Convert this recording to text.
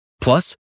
Plus